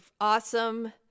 awesome